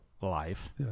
life